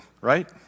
right